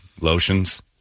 lotions